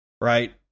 right